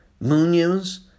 Munoz